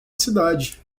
cidade